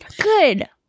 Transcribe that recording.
Good